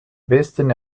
besten